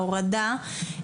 הורדה.